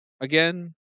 again